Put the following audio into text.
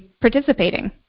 participating